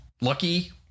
lucky